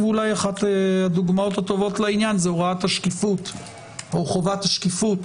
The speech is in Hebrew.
ואולי אחת הדוגמאות הטובות לעניין זה הוראת השקיפות או חובת השקיפות